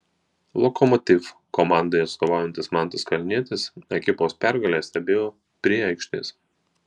lokomotiv komandai atstovaujantis mantas kalnietis ekipos pergalę stebėjo prie aikštės